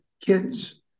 kids